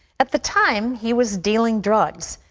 at the time he was dealing drugs,